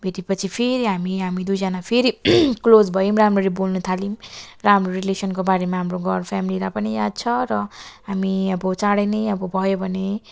भेटेपछि फेरि हामी हामी दुईजना फेरि क्लोज भयौँ राम्ररी बोल्न थाल्यौँ र हाम्रो रिलेसनको बारेमा हाम्रो घर फ्यामिलीलाई पनि याद छ र हामी अब चाँडै नै अब भयो भने